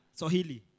Sohili